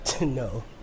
No